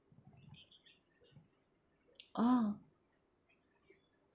orh